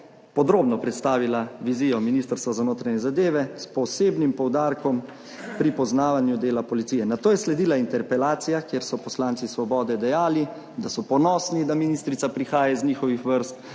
podrobno predstavila vizijo Ministrstva za notranje zadeve s posebnim poudarkom pri poznavanju dela policije. Nato je sledila interpelacija, kjer so poslanci Svobode dejali, da so ponosni, da ministrica prihaja iz njihovih vrst,